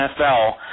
NFL